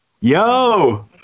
Yo